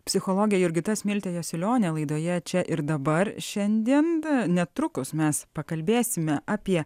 psichologė jurgita smiltė jasiulionė laidoje čia ir dabar šiandien netrukus mes pakalbėsime apie